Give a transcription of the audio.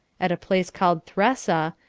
at a place called thressa,